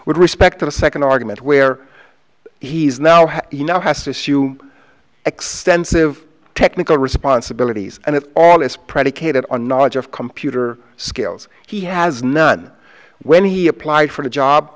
with respect to the second argument where he's now you know has tissue extensive technical responsibilities and it all is predicated on knowledge of computer skills he has none when he applied for the job